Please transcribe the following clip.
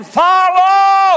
follow